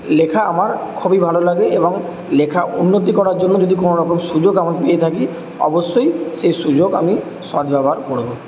লেখা আমার খুবই ভালো লাগে এবং লেখা উন্নতি করার জন্য যদি কোন রকম সুযোগ আমি পেয়ে থাকি অবশ্যই সেই সুযোগ আমি সদ্ব্যবহার করবো